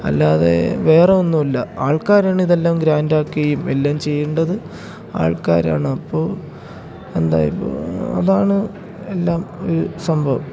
അല്ലാതെ വേറൊന്നുമല്ല ആൾക്കാരാണിതെല്ലാം ഗ്രാൻഡാക്കുകയും എല്ലാം ചെയ്യേണ്ടത് ആൾക്കാരാണപ്പോൾ എന്താ ഇപ്പോൾ അതാണ് എല്ലാം ഒരു സംഭവം